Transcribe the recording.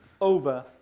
over